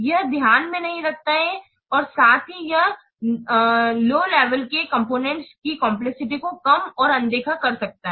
यह ध्यान में नहीं रखता है और साथ ही यह निम्न स्तर के कॉम्पोनेन्ट की जटिलताओं को कम और अनदेखा कर सकता है